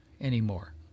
anymore